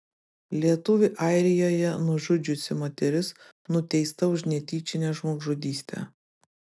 lietuvį airijoje nužudžiusi moteris nuteista už netyčinę žmogžudystę